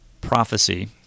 prophecy